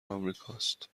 امریکاست